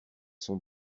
son